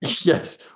yes